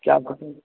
کیا آپ